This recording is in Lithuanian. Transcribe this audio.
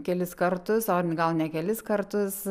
kelis kartus o gal ne kelis kartus